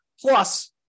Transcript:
Plus